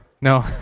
No